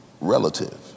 relative